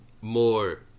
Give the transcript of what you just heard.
more